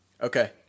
Okay